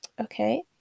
Okay